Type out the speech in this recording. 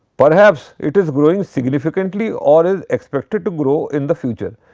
perhaps it is growing significantly or is expected to grow in the future.